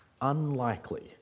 Unlikely